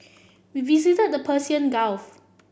we visited the Persian Gulf